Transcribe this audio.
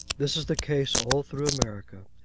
this is the case all through america.